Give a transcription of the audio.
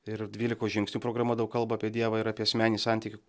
ir dvylikos žingsnių programa daug kalba apie dievą ir apie asmeninį santykį